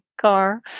car